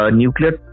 nuclear